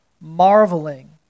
marveling